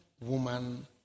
woman